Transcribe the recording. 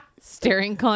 Staring